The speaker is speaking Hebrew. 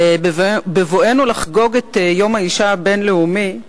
אבל בבואנו לחגוג את יום האשה הבין-לאומי,